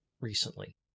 recently